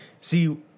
See